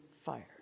fired